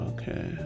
Okay